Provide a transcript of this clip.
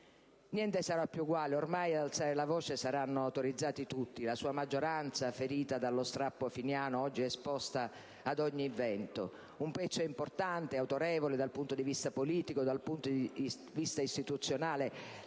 Niente sarà più uguale. Ormai ad alzare la voce saranno autorizzati tutti. La sua maggioranza, ferita dallo strappo finiano, oggi è esposta ad ogni vento. Un pezzo importante ed autorevole dal punto di vista politico ed istituzionale